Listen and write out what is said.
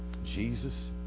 Jesus